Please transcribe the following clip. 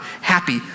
happy